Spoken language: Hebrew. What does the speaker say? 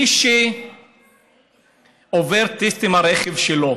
מי שעובר טסט עם הרכב שלו,